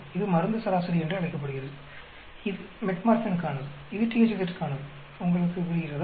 இது மருந்து சராசரி என்று அழைக்கப்படுகிறது இது மெட்ஃபோர்மினுக்கானது இது THZ க்கானது உங்களுக்கு புரிகிறதா